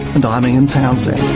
and i'm ian townsend